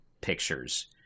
pictures